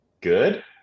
good